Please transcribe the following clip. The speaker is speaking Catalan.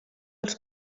els